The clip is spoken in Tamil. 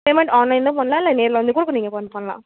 பேமெண்ட் ஆன்லைனும் பண்ணலாம் இல்லை நேரில் வந்து கூட நீங்கள் பண் பண்ணலாம்